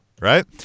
Right